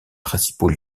principaux